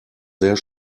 sehr